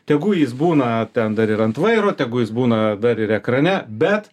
tegu jis būna ten dar ir ant vairo tegu jis būna dar ir ekrane bet